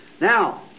Now